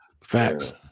facts